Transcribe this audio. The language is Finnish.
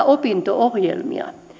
opinto ohjelmia